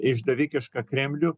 išdavikišką kremlių